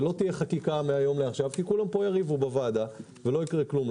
לא תהיה חקיקה מהיום לעכשיו כי כולם פה יריבו בוועדה ולא יקרה כלום.